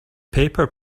paper